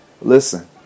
listen